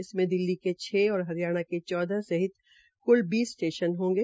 इससे दिल्ली के छ और हरियाणा के चौदह सहित क्ल बीस स्टेशन हो होंगे